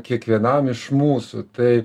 kiekvienam iš mūsų tai